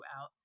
out